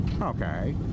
okay